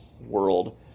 world